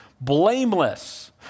blameless